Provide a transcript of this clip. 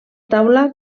taula